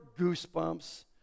goosebumps